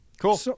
Cool